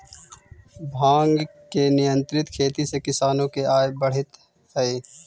भाँग के नियंत्रित खेती से किसान के आय बढ़ित हइ